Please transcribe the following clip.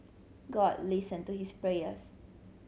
god listen to his prayers